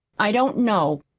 i don't know.